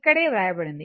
ఇక్కడే వ్రాయబడినది